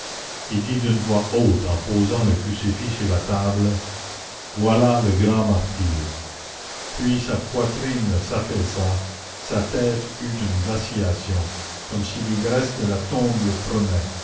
et dit d'une voix haute en posant le crucifix sur la table voilà le grand martyr puis sa poitrine s'affaissa sa tête eut une vacillation comme si l'ivresse de la tombe le prenait